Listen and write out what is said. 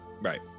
Right